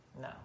No